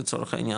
לצורך העניין,